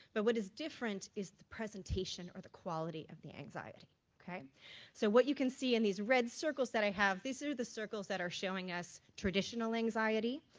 but what is different is the presentation or the quality of the anxiety. so what you can see in these red circles that i have, these are the circles that are showing us traditional anxiety,